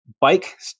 bike